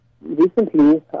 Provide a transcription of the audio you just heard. recently